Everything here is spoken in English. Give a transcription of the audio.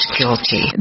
guilty